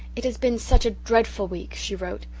it has been such a dreadful week, she wrote,